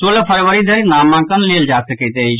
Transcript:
सोलह फरवरी धरि नामांकन लेल जा सकैत अछि